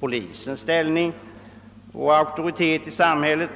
polisens ställning och auktoritet :i samhället.